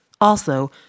Also